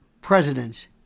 presidents